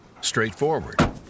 straightforward